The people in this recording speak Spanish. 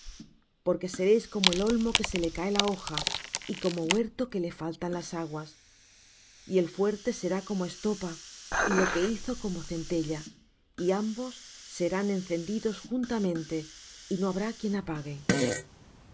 porque seréis como el olmo que se le cae la hoja y como huerto que le faltan las aguas y el fuerte será como estopa y lo que hizo como centella y ambos serán encendidos juntamente y no habrá quien apague